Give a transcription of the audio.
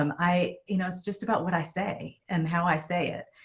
um i you know it's just about what i say and how i say it.